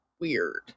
weird